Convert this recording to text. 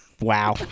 Wow